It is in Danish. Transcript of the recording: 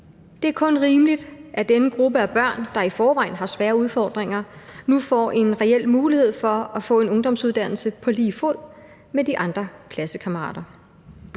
Det er kun rimeligt, at denne gruppe af børn, der i forvejen har svære udfordringer, nu får en reel mulighed for at få en ungdomsuddannelse på lige fod med de andre klassekammerater.